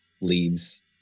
leaves